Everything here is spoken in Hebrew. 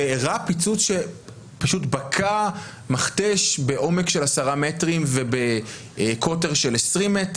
ואירע פיצוץ שפשוט בקע מכתש בעומק של עשרה מ' ובקוטר של עשרים מ'.